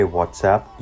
WhatsApp